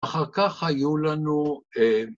‫אחר כך היו לנו...